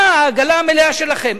מה העגלה המלאה שלכם?